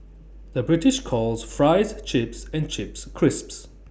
the British calls Fries Chips and Chips Crisps